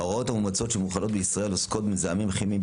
ההוראות המאומצות שמוחלות בישראל עוסקות במזהמים כימיים,